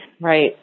Right